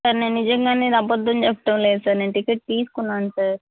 sir నేను నిజంగానే అబద్దం చెప్పటం లేదు సార్ నేను టికెట్ తీసుకున్నాను సార్